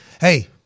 Hey